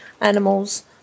animals